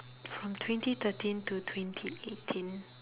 from twenty thirteen to twenty eighteen